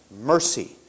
mercy